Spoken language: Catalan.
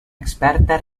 experta